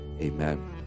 Amen